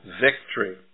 victory